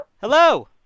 Hello